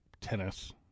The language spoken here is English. tennis